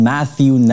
Matthew